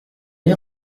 est